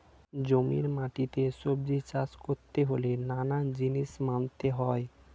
জমির মাটিতে সবজি চাষ করতে হলে নানান জিনিস মানতে হয়